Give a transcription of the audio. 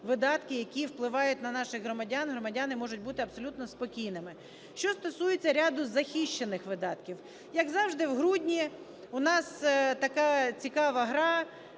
які впливають на наших громадян. Громадяни можуть бути абсолютно спокійними. Що стосується ряду захищених видатків. Як завжди, в грудні у нас така цікава гра: